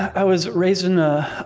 i was raised in a